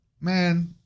man